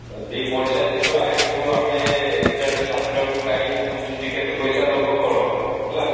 ହଁ ଦୁଇ ପଡ଼ିଶା ଯିବା ଏଇଠୁ ଆମେ ଏକଜାଟ ସାତଟା ବେଳକୁ ଗାଡ଼ି ମୁଁ ବୁଝୁଛି କେତେ ପଇସା ନେବ କ'ଣ ହେଲା